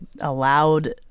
allowed